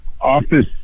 office